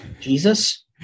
Jesus